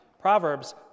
Proverbs